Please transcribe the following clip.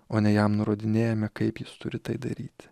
o ne jam nurodinėjame kaip jis turi tai daryt